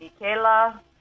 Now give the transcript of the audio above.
Michaela